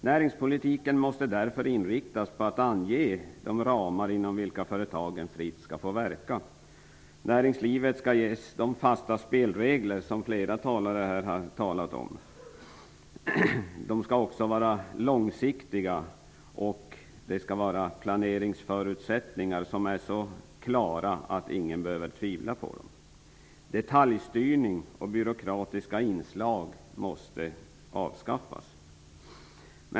Näringspolitiken måste därför inriktas på att man skall ange de ramar inom vilka företagen fritt skall få verka. Näringslivet skall ges de fasta spelregler som flera talare här har talat om. Spelreglerna skall också vara långsiktiga, och det skall finnas planeringsförutsättningar som är så klara att ingen behöver känna tvivel. Detaljstyrning och byråkratiska inslag måste avskaffas.